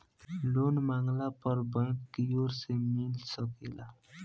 loan मांगला पर bank कियोर से मिल सकेला